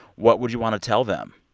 what would you want to tell them?